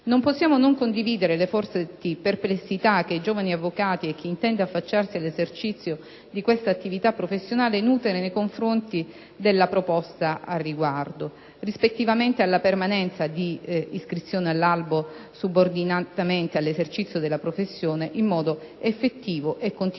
Non possiamo non condividere le forti perplessità che i giovani avvocati e chi intende affacciarsi all'esercizio di questa attività professionale nutrono nei confronti della proposta, riguardo rispettivamente alla permanenza di iscrizione all'albo subordinatamente all'esercizio della professione in modo effettivo e continuativo